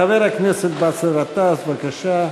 חבר הכנסת באסל גטאס, בבקשה.